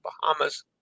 bahamas